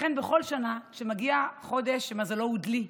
לכן בכל שנה כשמגיע חודש שמזלו הוא דלי,